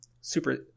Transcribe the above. super